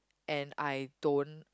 and I don't